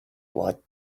what